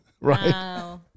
Right